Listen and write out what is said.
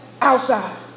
outside